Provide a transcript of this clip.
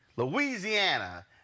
Louisiana